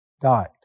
died